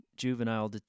juvenile